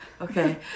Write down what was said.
Okay